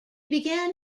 began